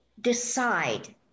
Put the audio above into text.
decide